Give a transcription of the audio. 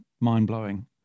mind-blowing